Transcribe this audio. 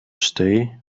stay